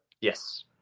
Yes